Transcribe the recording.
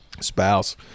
spouse